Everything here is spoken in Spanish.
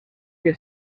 que